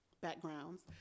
backgrounds